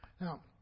now